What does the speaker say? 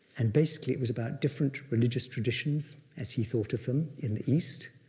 and basically it was about different religious traditions, as he thought of them, in the east,